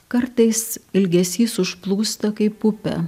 kartais ilgesys užplūsta kaip upė